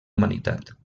humanitat